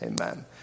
amen